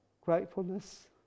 gratefulness